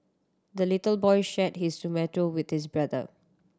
the little boy shared his tomato with his brother